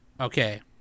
Okay